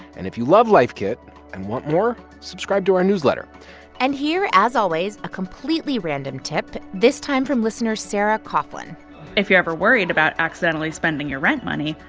and if you love life kit and want more, subscribe to our newsletter and here, as always a completely random tip, this time from listener sarah coughlon if you're ever worried about accidentally spending your rent money,